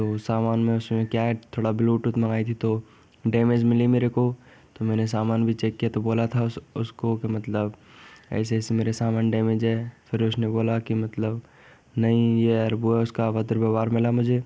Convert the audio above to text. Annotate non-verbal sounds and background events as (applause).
तो समान में उसमें क्या है थोड़ा ब्लूटूथ मंगाई तो डैमेज मिली मेरेको तो मैंने सामान भी चेक किया तो बोला था उस उसको कि मतलब ऐसे ऐसे मेरा सामान डैमेज है फिर उसने बोला कि मतलब नहीं (unintelligible) बहुत अभद्र व्यहार मिला मुझे